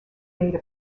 data